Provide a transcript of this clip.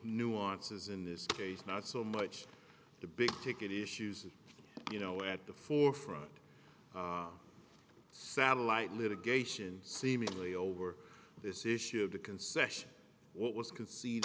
nuances in this case not so much the big ticket issues that you know at the forefront of satellite litigation seemingly over this issue of the concession what was conce